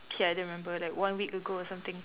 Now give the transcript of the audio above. K I don't remember like one week ago or something